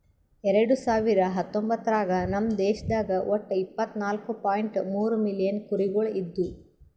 ಎರಡು ಸಾವಿರ ಹತ್ತೊಂಬತ್ತರಾಗ ನಮ್ ದೇಶದಾಗ್ ಒಟ್ಟ ಇಪ್ಪತ್ನಾಲು ಪಾಯಿಂಟ್ ಮೂರ್ ಮಿಲಿಯನ್ ಕುರಿಗೊಳ್ ಇದ್ದು